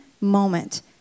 moment